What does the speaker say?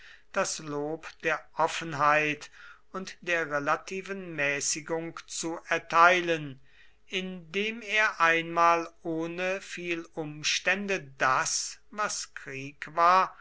das lob der offenheit und der relativen mäßigung zu erteilen indem er einmal ohne viel umstände das was krieg war